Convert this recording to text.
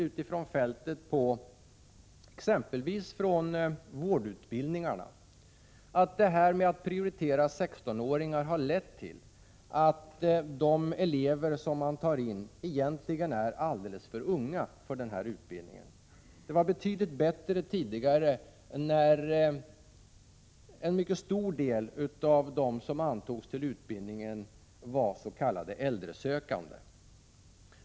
Utifrån fältet, t.ex. från vårdutbildningarna, får vi många exempel på att denna prioritering av 16-åringar har lett till att de elever som tas in egentligen är alldeles för unga för den utbildningen. Det var betydligt bättre tidigare, när en mycket stor del av dem som antogs till utbildningen var s.k. äldresökande.